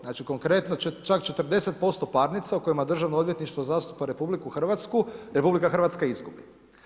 Znači konkretno čak 40% parnica u kojima državno odvjetništvo zastupa RH, RH izgubili.